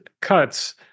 cuts